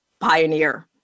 pioneer